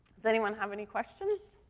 does anyone have any questions?